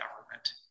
government